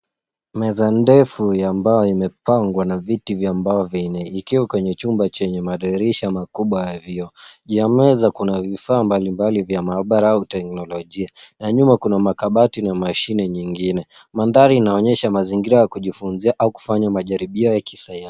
Meza ndefu ya mbao imepangwa na viti vya mbao vya aina ikiwa kwenye chumba chenye madirisha ya makubwa ya vioo. Juu ya meza kuna vifaaa mbalimbali vya maabara au teknolojia na nyuma kuna makabati na mashine nyingine. Mandhari inaonyesha mazingira ya kujifuzia au kufanya majaribio ya kisayansi.